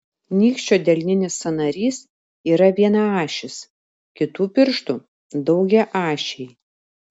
nykščio delninis sąnarys yra vienaašis kitų pirštų daugiaašiai